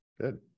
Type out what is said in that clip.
Good